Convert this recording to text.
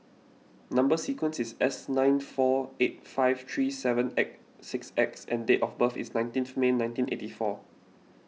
Number Sequence is S nine four eight five three seven six X and date of birth is nineteenth May nineteen eighty four